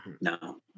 no